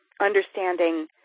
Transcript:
understanding